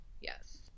Yes